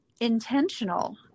intentional